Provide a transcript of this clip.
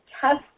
test